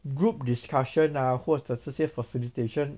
group discussion ah 或者这些 facilitation